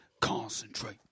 concentrate